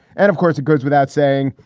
and of course, it goes without saying.